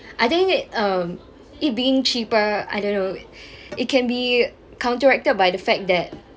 I think it um it being cheaper I don't know it can be counteracted by the fact that